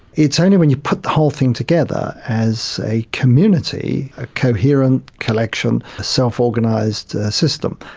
it's only when you put the whole thing together as a community, a coherent collection, a self-organised system,